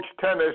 Tennis